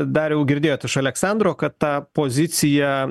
dariau girdėjot iš aleksandro kad tą poziciją